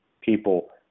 people